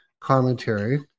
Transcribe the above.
commentary